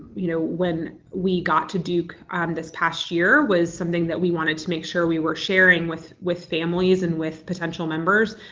you know, when we got to duke this past year was something that we wanted to make sure we were sharing with with families and with potential members,